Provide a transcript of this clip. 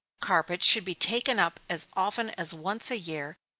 carpets should be taken up as often as once a year,